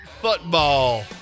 football